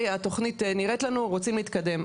אוקיי התכנית נראית לנו ואנחנו רוצים להתקדם,